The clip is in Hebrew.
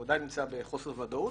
הוא עדיין נמצא בחוסר ודאות,